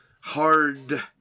hard